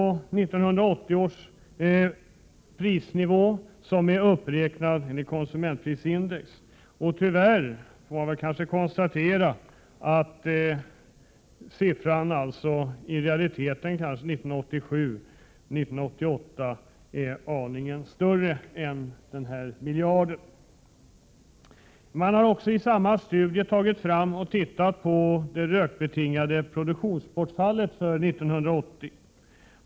1980 års prisnivå är då uppräknad enligt konsumentprisindex. Tyvärr, får man kanske konstatera, är siffran 1988 kanske i realiteten aningen högre än denna miljard. Man har i samma studie tittat närmare på det rökbetingade produktionsbortfallet för 1980.